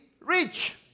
rich